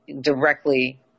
directly